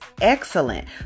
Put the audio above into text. excellent